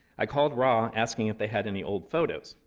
i called raw asking if they had any old photos.